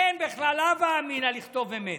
אין בכלל הווה אמינא לכתוב אמת,